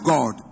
God